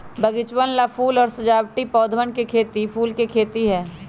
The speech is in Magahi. बगीचवन ला फूल और सजावटी पौधवन के खेती फूल के खेती है